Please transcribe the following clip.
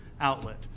outlet